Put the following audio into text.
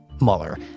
Mueller